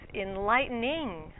enlightening